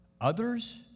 others